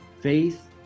faith